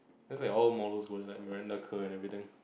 that's like all models go there like Miranda Kerr and everything